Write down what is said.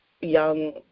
young